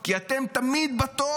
כי אתם תמיד בטוב.